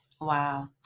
Wow